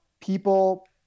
people